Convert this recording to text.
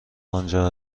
آنجا